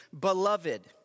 Beloved